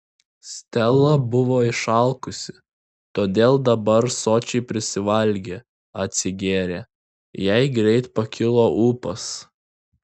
stela buvo išalkusi todėl dabar sočiai prisivalgė atsigėrė jai greit pakilo ūpas